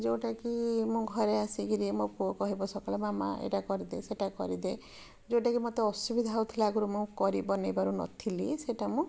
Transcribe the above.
ଯେଉଁଟା କି ମୋ ଘରେ ଆସିକିରି ମୋ ପୁଅ କହିବ ସବୁବେଳେ ମାମା ଏଇଟା କରିଦେ ସେଇଟା କରିଦେ ଯେଉଁଟା କି ମୋତେ ଅସୁବିଧା ହେଉଥିଲା ଆଗରୁ ମୁଁ କରି ବନେଇ ପାରୁନଥିଲି ସେଇଟା ମୁଁ